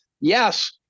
yes